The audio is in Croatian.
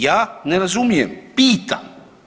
Ja ne razumijem, pitam.